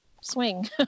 swing